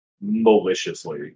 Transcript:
Maliciously